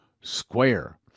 Square